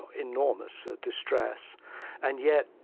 enormous distress and yet,